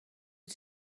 wyt